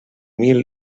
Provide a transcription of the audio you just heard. mil